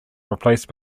replaced